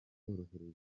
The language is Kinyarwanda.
korohereza